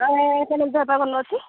ଆଉ ତମ ଦେହପାହା ଭଲ ଅଛି